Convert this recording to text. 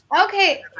okay